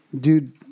Dude